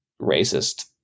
racist